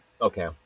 Okay